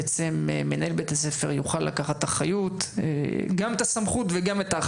ושמנהל בית הספר יוכל לקחת גם את האחריות ואת הסמכות,